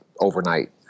overnight